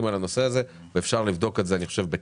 על הנושא הזה ואפשר לבדוק את זה בקלות.